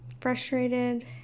frustrated